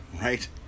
right